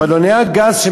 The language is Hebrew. לגבי בלוני הגז,